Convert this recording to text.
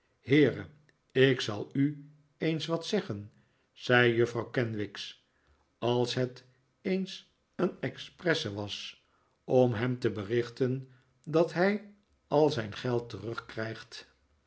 heere ik zal u eens wat zeggen zei juffrouw kenwigs als het eens een expresse was om hem te berichten dat hij al zijn geld terugkrijgt